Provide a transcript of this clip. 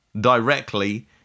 directly